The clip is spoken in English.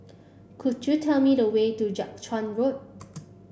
could you tell me the way to Jiak Chuan Road